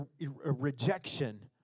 rejection